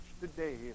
today